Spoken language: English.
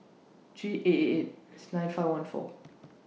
three eight eight eight nine five one four